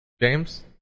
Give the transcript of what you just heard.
James